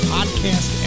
Podcast